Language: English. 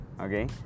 okay